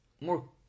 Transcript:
more